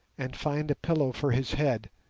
and find a pillow for his head,